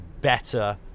better